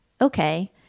Okay